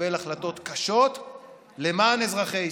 לקבל החלטות קשות למען אזרחי ישראל.